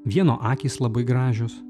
vieno akys labai gražios